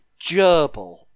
gerbil